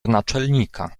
naczelnika